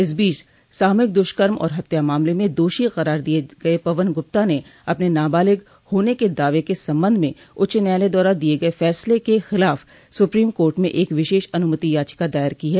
इस बीच सामूहिक दुष्कर्म और हत्या मामले में दोषी करार दिये गये पवन गुप्ता ने अपने नाबालिग होने के दावे के संबंध में उच्च न्यायालय द्वारा दिये गये फसले के खिलाफ़ सुप्रीम कोर्ट में एक विशेष अनुमति याचिका दायर की है